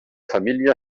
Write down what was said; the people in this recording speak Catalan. família